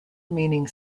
meaning